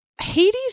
Hades